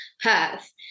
Perth